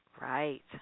Right